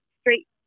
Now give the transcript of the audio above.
straight